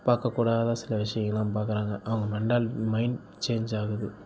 பார்க்கக்கூடாத சில விஷயங்கலாம் பார்க்குறாங்க அவங்க மென்டாலிட்டி மைண்ட் சேஞ்ச் ஆகுது